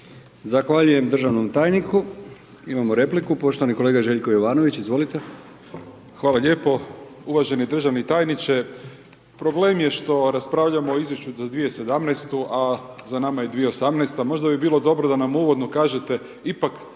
Zahvaljujem državnom tajniku, imamo repliku, poštovani kolega Željko Jovanović, izvolite. **Jovanović, Željko (SDP)** Hvala lijepo. Uvaženi državni tajniče, problem je što raspravljamo o izvješću za 2017. a za nama je 2018., možda bi bilo dobro da nam uvodno kažete ipak